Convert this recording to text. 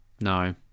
No